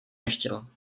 nechtěl